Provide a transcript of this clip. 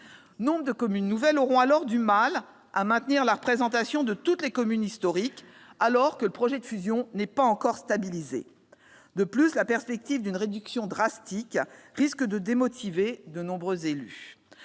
Nombre de communes nouvelles auront alors du mal à maintenir la représentation de toutes les communes historiques, alors que le projet de fusion n'est pas encore stabilisé. De plus, la perspective d'une réduction drastique du nombre de conseillers risque de démotiver de nombreux élus.